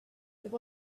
there